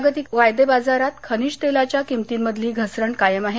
जागतिक वायदे बाजारात खनिज तेलाच्या किमतींमधली घसरण कायम आहे